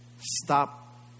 Stop